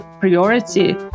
priority